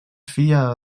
filla